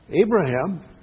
Abraham